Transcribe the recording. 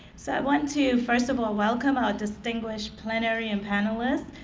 so i want to first of all welcome our distinguished plenary and panelists